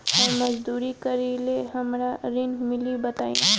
हम मजदूरी करीले हमरा ऋण मिली बताई?